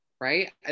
Right